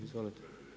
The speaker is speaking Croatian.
Izvolite.